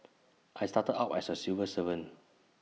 I started out as A civil servant